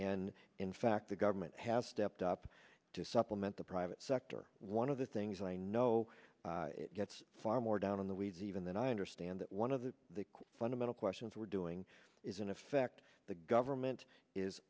and in fact the government has stepped up to supplement the private sector one of the things i know gets far more down in the weeds even then i understand that one of the fundamental questions we're doing is in effect the government is